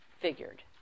figured